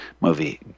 movie